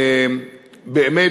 וכפי